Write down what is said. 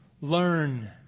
learn